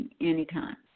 anytime